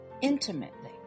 intimately